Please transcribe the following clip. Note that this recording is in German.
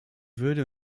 würde